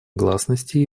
гласности